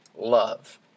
love